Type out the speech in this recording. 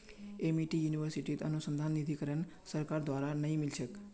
Amity यूनिवर्सिटीत अनुसंधान निधीकरण सरकार द्वारा नइ मिल छेक